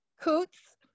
coots